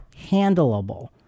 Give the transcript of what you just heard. handleable